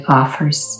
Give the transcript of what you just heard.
offers